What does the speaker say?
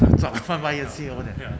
装泛白有 see over the head